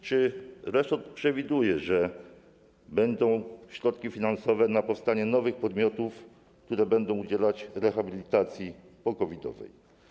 Czy resort przewiduje, że będą środki finansowe na uruchomienie nowych podmiotów, które będą udzielać rehabilitacji po-covid-owej?